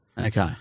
Okay